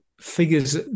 figures